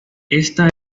esta